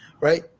Right